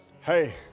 Hey